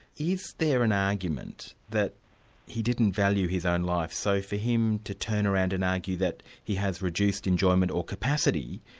is there an argument that he didn't value his own life, so for him to turn around and argue that he has reduced enjoyment or capacity,